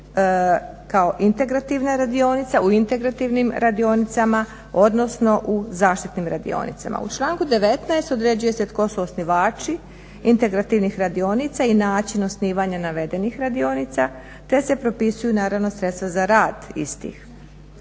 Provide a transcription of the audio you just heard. kao integrativna radionica, u integrativnim radionicama, odnosno u zaštitnim radionicama. U članku 19. određuje se tko su osnivači integrativnih radionica i način osnivanja navedenih radionica te se propisuju naravno sredstva za rad istih.